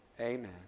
amen